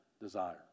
desire